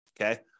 Okay